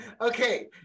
Okay